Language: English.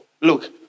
Look